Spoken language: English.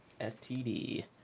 STD